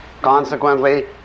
consequently